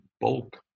bulk